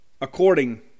According